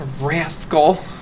rascal